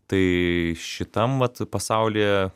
tai šitam vat pasaulyje